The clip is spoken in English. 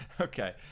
Okay